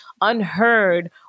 unheard